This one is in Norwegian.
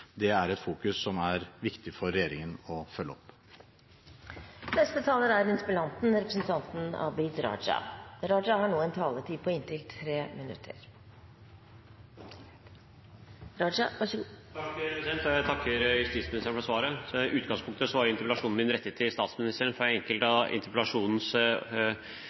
Det er et fokus som det er viktig for regjeringen å følge opp. Jeg takker justisministeren for svaret. I utgangspunktet var interpellasjonen min rettet til statsministeren, så noe av